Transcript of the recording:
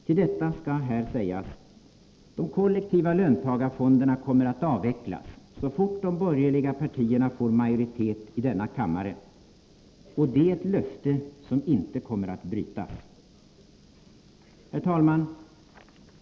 Till detta skall här sägas: De kollektiva löntagarfonderna kommer att avvecklas så fort de borgerliga partierna får majoritet i denna kammare. Och det är ett löfte som inte kommer att brytas. Herr talman!